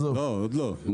לא, עוד לא.